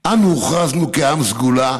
אנו הוכרזנו כעם סגולה,